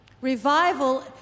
Revival